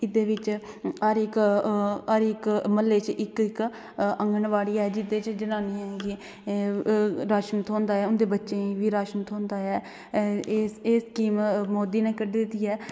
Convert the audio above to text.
एहदे बिच हर इक हर इक मतलब म्हल्ले च इक इक आंगनबाडी ऐ जनानियां जेहड़िया राशन थ्होंदा ऐ बच्चे गी बी राशन थ्होंदा ऐ एह् स्कीम मोदी ने कड्ढी दी ऐ